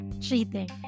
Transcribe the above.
cheating